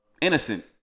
innocent